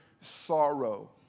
sorrow